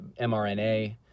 mRNA